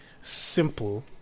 simple